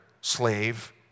slave